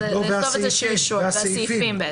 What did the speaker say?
והסעיפים.